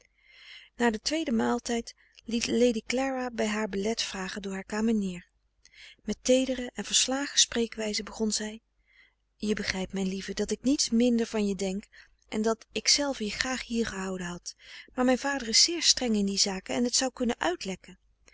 na den tweeden maaltijd liet lady clara bij haar belet vragen door haar kamenier met teedere en verslagen spreekwijze begon zij je begrijpt mijn lieve dat ik niets minder van je denk en dat ikzelve je graag hier gehouden had maar mijn vader is zeer streng in die zaken en het zou kunnen uitlekken